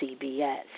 CBS